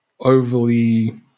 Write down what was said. overly